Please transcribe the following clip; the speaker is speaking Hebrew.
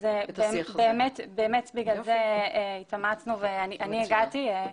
אז באמת בגלל זה התאמצנו, ואני הגעתי.